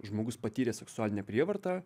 žmogus patyrė seksualinę prievartą